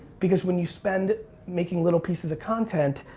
because when you spend, making little pieces of content,